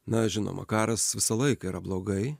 na žinoma karas visą laiką yra blogai